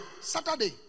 Saturday